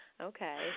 Okay